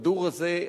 הכדור הזה,